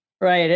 Right